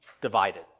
divided